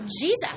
Jesus